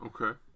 Okay